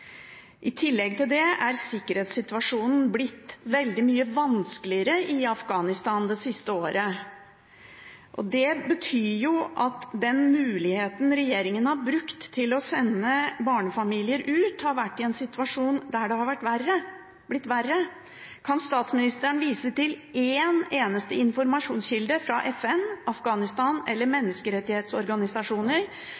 I tillegg til det er sikkerhetssituasjonen blitt veldig mye vanskeligere i Afghanistan det siste året. Det betyr at den muligheten regjeringen har brukt til å sende barnefamilier ut, har skjedd når situasjonen har blitt verre. Kan statsministeren vise til én eneste informasjonskilde – fra FN, Afghanistan eller menneskerettighetsorganisasjoner